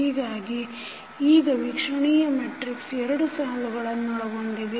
ಹೀಗಾಗಿ ಈಗ ವೀಕ್ಷಣೀಯ ಮೆಟ್ರಿಕ್ಸ ಎರಡು ಸಾಲುಗಳನ್ನೊಳಗೊಂಡಿದೆ